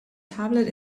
tablet